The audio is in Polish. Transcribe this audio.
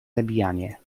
zabijanie